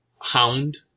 Hound